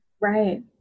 right